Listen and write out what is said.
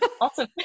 Awesome